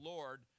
Lord